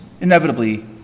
inevitably